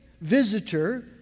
visitor